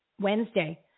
Wednesday